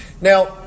Now